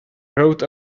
rode